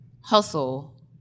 hustle